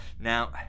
Now